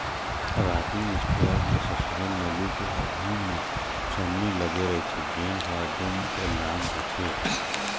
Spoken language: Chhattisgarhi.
रॉकिंग इस्पेयर के सेक्सन नली के आघू म छन्नी लागे रहिथे जेन ह दू मीटर लाम होथे